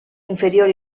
inferior